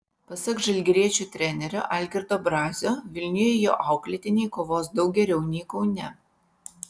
pasak žalgiriečių trenerio algirdo brazio vilniuje jo auklėtiniai kovos daug geriau nei kaune